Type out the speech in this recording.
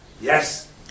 Yes